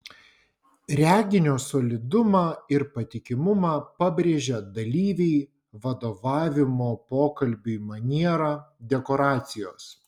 reginio solidumą ir patikimumą pabrėžia dalyviai vadovavimo pokalbiui maniera dekoracijos